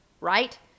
right